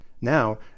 now